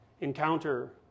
encounter